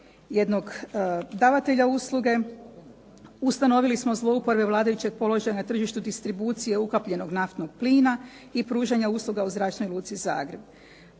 jednog davatelja usluge, ustanovili smo zlouporabe vladajućeg položaja na tržištu distribucije ukapljenog naftnog plina i pružanja usluga u zračnoj luci "Zagreb".